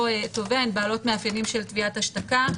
תובע הן בעלות מאפיינים של תביעת השתקה,